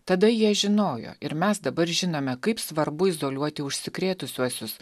tada jie žinojo ir mes dabar žinome kaip svarbu izoliuoti užsikrėtusiuosius